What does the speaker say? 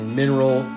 mineral